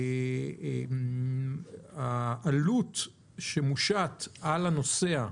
והעלות שמושת על הנוסע,